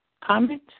comment